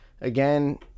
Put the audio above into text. again